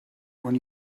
when